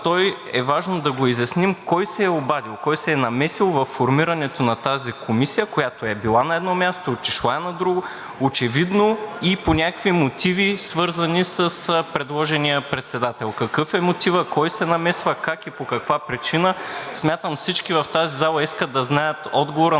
той, е важно да го изясним – кой се е обадил, кой се е намесил във формирането на тази комисия, която е била на едно място, отишла е в друго, очевидно и по някакви мотиви, свързани с предложения председател. Какъв е мотивът? Кой се намесва, как и по каква причина? Смятам, че всички в тази зала искат да знаят отговора